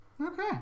Okay